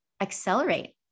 accelerate